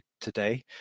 today